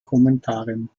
kommentaren